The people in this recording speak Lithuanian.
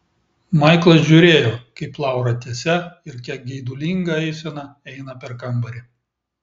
maiklas žiūrėjo kaip laura tiesia ir kiek geidulinga eisena eina per kambarį